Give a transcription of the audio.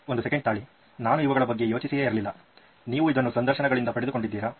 ಒಂದು ಸೆಕೆಂಡು ತಾಳಿ ನಾನು ಇವುಗಳ ಬಗ್ಗೆ ಯೋಚಿಸಿಯೇ ಇರಲಿಲ್ಲ ನೀವು ಇದನ್ನ ಸಂದರ್ಶನಗಳಿಂದ ಪಡೆದುಕೊಂಡಿದ್ದೀರಾ